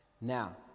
Now